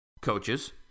coaches